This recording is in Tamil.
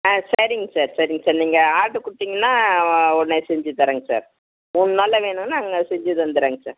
ஆ சரிங்க சார் சரிங்க சார் நீங்கள் ஆடர் கொடுத்தீங்கன்னா உடனே செஞ்சுத் தரேங்க சார் மூணு நாளில் வேணுன்னா நாங்கள் செஞ்சுத் தந்துறேங்க சார்